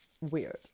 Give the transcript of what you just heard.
weird